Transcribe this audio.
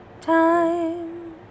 time